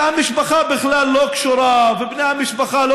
שהמשפחה בכלל לא קשורה ובני המשפחה לא